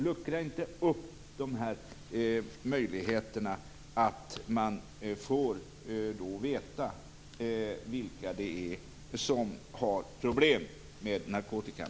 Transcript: Luckra inte upp möjligheterna att få veta vilka det är som har problem med narkotikan.